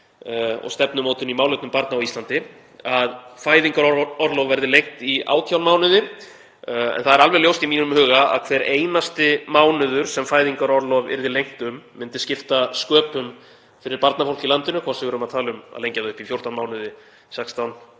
og stefnumótun í málefnum barna á Íslandi að fæðingarorlof verði lengt í 18 mánuði. Það er alveg ljóst í mínum huga að hver einasti mánuður sem fæðingarorlof yrði lengt um myndi skipta sköpum fyrir barnafólk í landinu, hvort við erum að tala um að lengja það upp í 14 mánuði, 16 eða